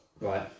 Right